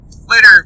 later